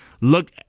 look